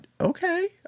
Okay